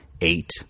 eight